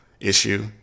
issue